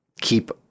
keep